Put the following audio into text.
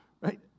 Right